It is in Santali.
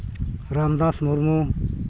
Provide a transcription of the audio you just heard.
ᱨᱟᱢᱫᱟᱥ ᱢᱩᱨᱢᱩ